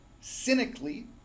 cynically